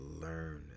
learn